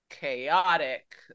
chaotic